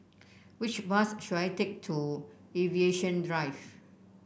which bus should I take to Aviation Drive